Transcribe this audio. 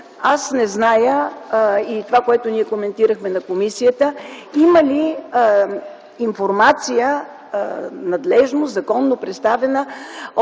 аз не зная това, което ние коментирахме на комисията, е има ли информация, надлежно, законно представена